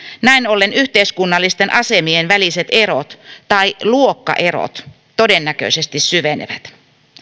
näin ollen yhteiskunnallisten asemien väliset erot tai luokkaerot todennäköisesti syvenevät